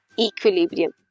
equilibrium